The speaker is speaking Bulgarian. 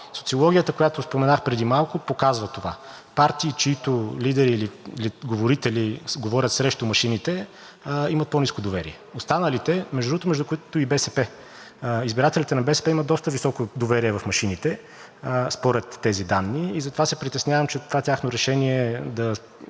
Социологията, която споменах преди малко, показва това – партии, чиито лидери или говорители говорят срещу машините, имат по-ниско доверие. Останалите, между другото, между които е и БСП, избирателите на БСП имат доста високо доверие в машините според тези данни и затова се притеснявам, че това тяхно решение да